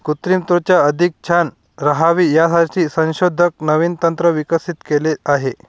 कृत्रिम त्वचा अधिक छान राहावी यासाठी संशोधक नवीन तंत्र विकसित केले आहे